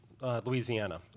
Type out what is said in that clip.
Louisiana